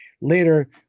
Later